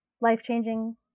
life-changing